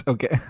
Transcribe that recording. Okay